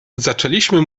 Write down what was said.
zaczęliśmy